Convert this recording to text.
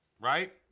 right